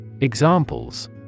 Examples